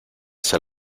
hacer